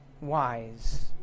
wise